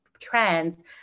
trends